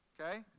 Okay